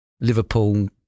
Liverpool